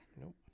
Nope